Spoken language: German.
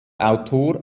autor